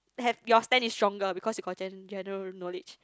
have your stand is stronger because you got gen~ general knowledge